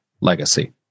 legacy